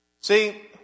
See